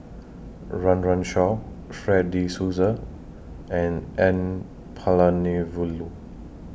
Run Run Shaw Fred De Souza and N Palanivelu